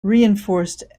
reinforced